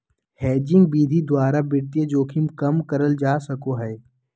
hedging विधि द्वारा वित्तीय जोखिम कम करल जा सको हय